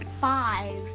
five